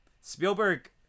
spielberg